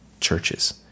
churches